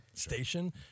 Station